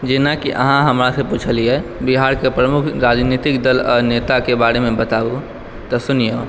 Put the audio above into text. जेनाकि अहाँ हमरा पूछलियै बिहार के प्रमुख राजनैतिक दल आओर नेता के बारे मे बताबू तऽ सुनियौ